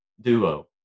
duo